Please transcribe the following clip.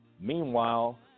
Meanwhile